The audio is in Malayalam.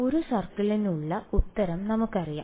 ഒരു സർക്കിളിനുള്ള ഉത്തരം നമുക്കറിയാം